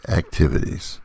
activities